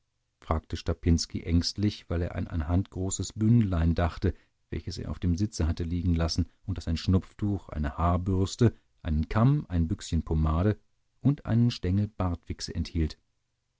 fragte strapinski ängstlich weil er an ein handgroßes bündelein dachte welches er auf dem sitze hatte liegenlassen und das ein schnupftuch eine haarbürste einen kamm ein büchschen pomade und einen stengel bartwichse enthielt